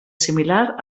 similar